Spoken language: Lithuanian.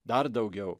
dar daugiau